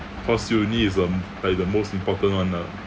cause uni is a um like the most important one lah